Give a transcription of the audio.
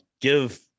give